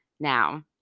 now